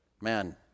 man